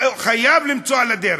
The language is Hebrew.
חייב למצוא על הדרך,